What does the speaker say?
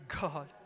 God